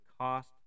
cost